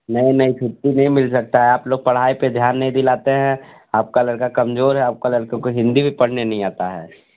नहीं नहीं छुट्टी नहीं मिल सकता है आप लोग पढ़ाई पे ध्यान नहीं दिलाते है आपका लड़का कमजोर है आपका लड़का को हिन्दी भी पढ़नी नहीं आता है